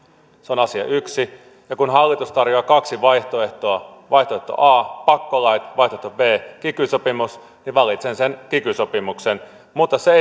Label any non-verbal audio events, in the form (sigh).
se on asia yksi ja kun hallitus tarjoaa kaksi vaihtoehtoa vaihtoehto a pakkolait vaihtoehto b kiky sopimus niin valitsen sen kiky sopimuksen mutta se (unintelligible)